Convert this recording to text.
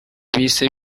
bihise